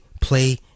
play